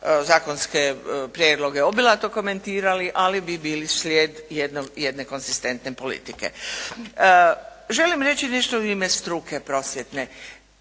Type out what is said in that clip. zakonske prijedloge obilato komentirali, ali bi bili slijed jedne konzistentne politike. Želim reći nešto u ime struke prosvjetne.